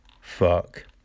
fuck